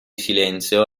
silenzio